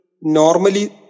normally